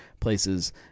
places